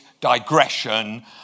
digression